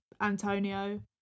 antonio